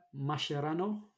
Mascherano